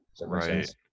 right